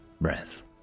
breath